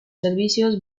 servicios